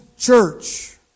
Church